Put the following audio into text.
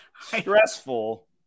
stressful